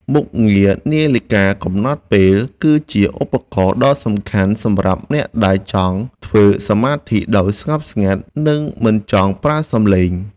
មុខងារនាឡិកាកំណត់ពេលគឺជាឧបករណ៍ដ៏សំខាន់សម្រាប់អ្នកដែលចង់ធ្វើសមាធិដោយស្ងប់ស្ងាត់ និង មិនចង់ប្រើសំឡេង។